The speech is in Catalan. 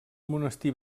monestir